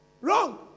Wrong